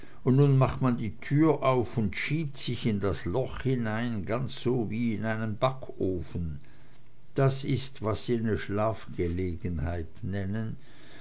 und nun macht man die tür auf und schiebt sich in das loch hinein ganz so wie in einen backofen das is was sie ne schlafgelegenheit nennen